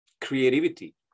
creativity